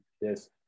Yes